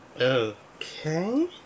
Okay